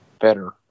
better